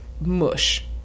mush